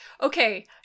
okay